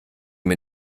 mir